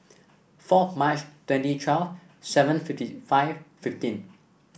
fourth March twenty twelve seven fifty five fifteen